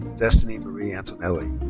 destiny marie antonelli.